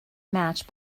match